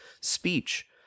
speech